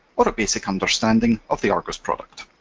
or a basic understanding of the argos product.